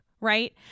right